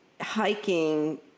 hiking